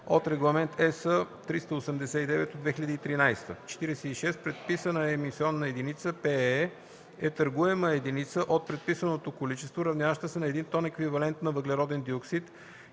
от Регламент (ЕС) № 389/2013. 46. „Предписана емисионна единица (ПЕЕ)” е търгуема единица от „предписаното количество”, равняваща се на един тон еквивалент на въглероден диоксид,